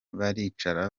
baricara